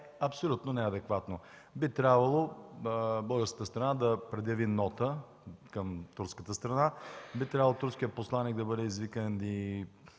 абсолютно неадекватно. Би трябвало българската страна да предяви нота към турската страна, би трябвало турският посланик да бъде извикан и